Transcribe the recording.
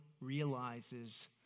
realizes